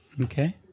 Okay